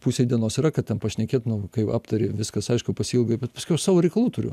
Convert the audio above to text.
pusei dienos yra ką ten pašnekėt nu kai aptari viskas aišku pasiilgai bet paskiau savo reikalų turiu